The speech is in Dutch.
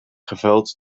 geveld